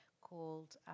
called